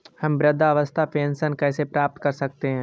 हम वृद्धावस्था पेंशन कैसे प्राप्त कर सकते हैं?